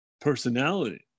personality